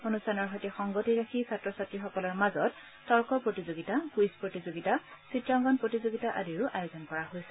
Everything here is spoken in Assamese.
অনুষ্ঠানৰ সৈতে সংগতি ৰাখি ছাত্ৰ ছাত্ৰসকলৰ মাজত তৰ্ক প্ৰতিযোগিতা কুইজ প্ৰতিযোগিতা চিত্ৰাংকন প্ৰতিযোগিতা আদিৰো আয়োজন কৰা হৈছে